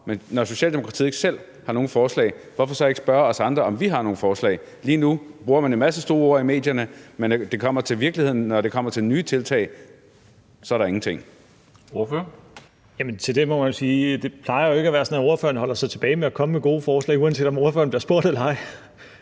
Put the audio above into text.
men når Socialdemokratiet ikke selv har nogle forslag, hvorfor så ikke spørge os andre, om vi har nogle forslag. Lige nu bruger man en masse store ord i medierne, men når det kommer til virkeligheden, når det kommer til nye tiltag, så er der ingenting. Kl. 13:32 Formanden (Henrik Dam Kristensen): Ordføreren. Kl. 13:32 Rasmus Stoklund (S): Jamen til det må man sige, at det jo ikke plejer at være sådan, at ordføreren holder sig tilbage med at komme med gode forslag, uanset om ordføreren bliver spurgt eller ej.